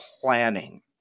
planning